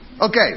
Okay